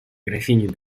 графиню